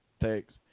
Thanks